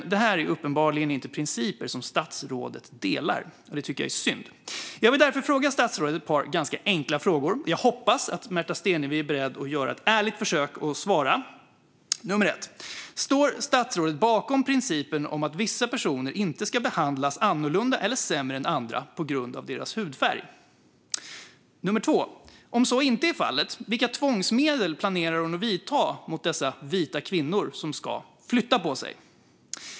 Det här är uppenbarligen inte principer som statsrådet delar, och det tycker jag är synd. Jag vill därför ställa ett par ganska enkla frågor till statsrådet Märta Stenevi, och jag hoppas att hon är beredd att göra ett ärligt försök att svara. Står statsrådet bakom principen om att vissa personer inte ska behandlas annorlunda eller sämre än andra på grund av sin hudfärg. Om så inte är fallet, vilka tvångsmedel planerar hon att vidta mot dessa vita kvinnor som ska flytta på sig?